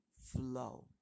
flow